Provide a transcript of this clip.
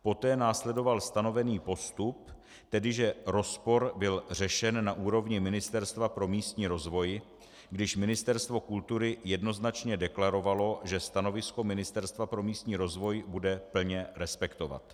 Poté následoval stanovený postup, tedy že rozpor byl řešen na úrovni Ministerstva pro místní rozvoj, když Ministerstvo kultury jednoznačně deklarovalo, že stanovisko Ministerstva pro místní rozvoj bude plně respektovat.